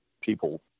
people